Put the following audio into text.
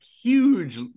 huge